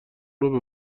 رابه